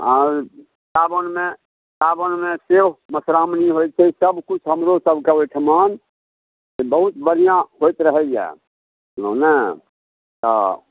हँ सावनमे सावनमे से मौसरामनी होइ छै सबकिछु हमरोसबके ओहिठाम बहुत बढ़िआँ होइत रहैए बुझलहुँ ने तऽ